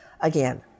Again